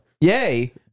yay